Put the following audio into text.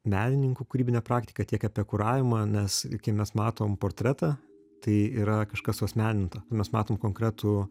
menininkų kūrybinę praktiką tiek apie kuravimą nes kai mes matom portretą tai yra kažkas suasmeninta mes matom konkretų